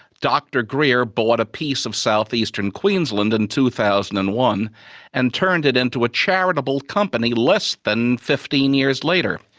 dr greer bought a piece of south-eastern queensland in two thousand and one and turned it into a charitable company less than fifteen years later.